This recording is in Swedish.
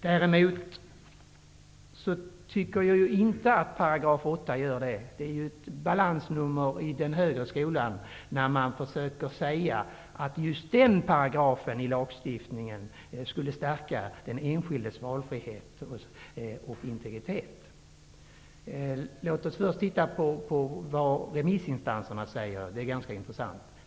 Däremot tycker jag inte att 8 § gör det. Det är ett balansnummer i den högre skolan, när man försöker göra gällande att just den paragrafen i lagen skulle stärka den enskildes valfrihet och integritet. Låt oss titta på vad remissinstanserna säger, för det är ganska intressant.